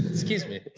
excuse me.